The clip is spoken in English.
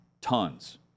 tons